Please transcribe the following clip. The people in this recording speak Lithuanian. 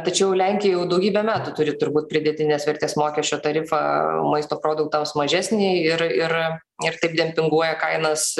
tačiau lenkija jau daugybę metų turi turbūt pridėtinės vertės mokesčio tarifą maisto produktams mažesnį ir ir ir taip dempinguoja kainas